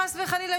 חס וחלילה,